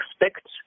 expect